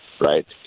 right